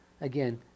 again